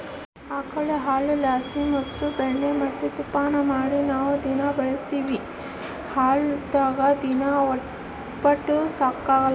ಆಕುಳು ಹಾಲುಲಾಸಿ ಮೊಸ್ರು ಬೆಣ್ಣೆ ಮತ್ತೆ ತುಪ್ಪಾನ ಮಾಡಿ ನಾವು ದಿನಾ ಬಳುಸ್ತೀವಿ ಹಾಲಿಲ್ಲುದ್ ದಿನ ಒಪ್ಪುಟ ಸಾಗಕಲ್ಲ